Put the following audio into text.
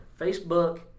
Facebook